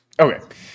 Okay